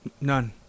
None